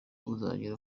uzagera